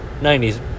90s